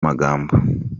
magambo